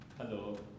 Hello